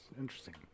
interesting